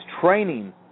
training